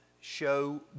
Show